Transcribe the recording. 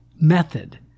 method